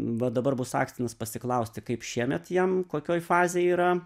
va dabar bus akstinas pasiklausti kaip šiemet jam kokioj fazėj yra